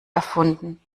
erfunden